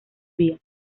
vías